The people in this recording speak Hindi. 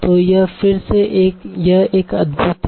तो यह फिर से यह एक अद्भूत है